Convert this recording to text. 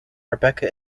rebecca